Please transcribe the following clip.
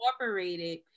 incorporated